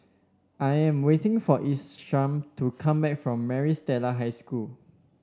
I am waiting for Isam to come back from Maris Stella High School